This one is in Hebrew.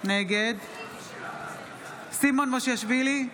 נגד סימון מושיאשוילי,